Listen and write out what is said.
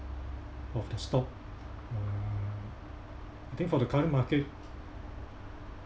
of the stock uh I think for the current market